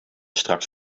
straks